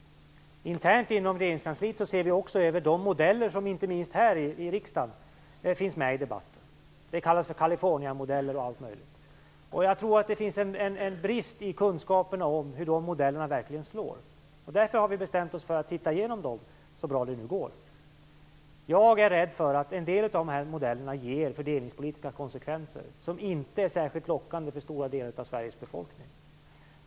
Internt inom Regeringskansliet ser vi också över de modeller som finns med i debatten, inte minst här i riksdagen. De kallas för Californiamodellen och allt möjligt. Jag tror att det finns en brist i kunskapen om hur dessa modeller verkligen slår. Därför har vi bestämt oss för att titta över dem så bra det går. Jag är rädd för att en del av de här modellerna ger fördelningspolitiska konsekvenser som inte är särskilt lockande för stora delar av Sveriges befolkning.